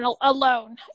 alone